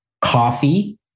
coffee